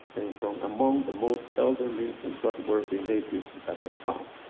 and from among the most elderly and trustworthy natives that i found,